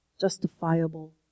justifiable